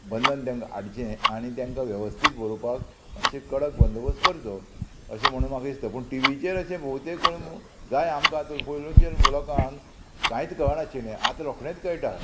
बंधन तांकां हाडचें आनी तेंकां वेवस्थीत बरोवपाक मातशें कडक बंदोबस्त करचो अशें म्हणून म्हाका दिसता पूण टिवीचेर अशें भोंवतें करून जाय आमकां आतां पयलोचेर मुखांक कांयच कळनाशिल्लें आतां रोखडेंच कळटा